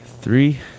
Three